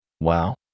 Wow